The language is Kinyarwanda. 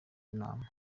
inama